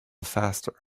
faster